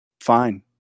Fine